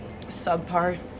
subpar